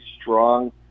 strong